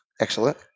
Excellent